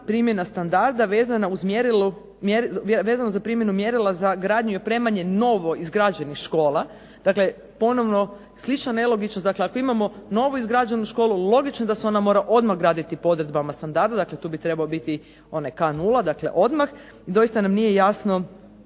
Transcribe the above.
primjena standarda vezano za primjenu mjerila za gradnju i opremanje novo izgrađenih škola. Dakle, ponovno slična nelogičnost, ako imamo novo izgrađenu školu logično da se ona mora odmah graditi po odredbama standarda dakle tu bi trebao biti K0 dakle odmah, doista nam nije jasno